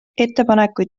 ettepanekud